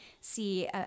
see